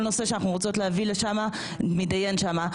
כל נושא שאנחנו רוצות להביא לשם נדון שם.